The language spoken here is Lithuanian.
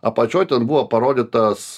apačioj ten buvo parodytas